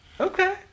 Okay